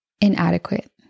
inadequate